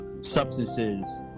substances